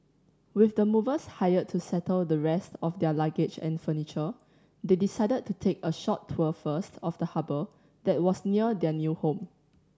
with the movers hired to settle the rest of their luggage and furniture they decided to take a short tour first of the harbour that was near their new home